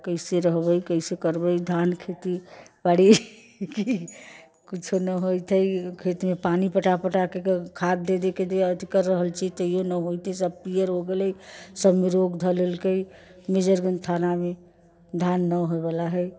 कैसे रहबै कैसे करबै धान खेती बारी किछो नहि होइत हइ खेतमे पानी पटा पटा कऽ खाद दे दे कऽ कर रहल छी तैयो ना होइत हइ सभ पीयर हो गेलै सभमे रोग धऽ लेलकै मेजरगञ्ज थानामे धान ना होयवला हइ